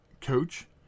coach